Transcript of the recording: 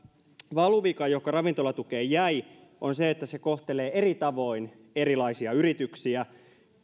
valuvika joka ravintolatukeen jäi on se että se kohtelee eri tavoin erilaisia yrityksiä